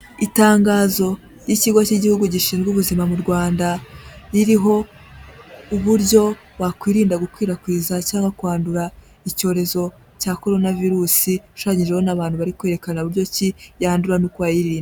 Itangazo ry'ikigo cy'igihugu gishinzwe ubuzima mu Rwanda, ririho uburyo wakwirinda gukwirakwiza cyangwa kwandura icyorezo cya Korona virusi, gishushanyijeho n'abantu bari kwerekana buryo ki yandura, n'uko wayirinda.